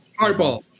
Hardball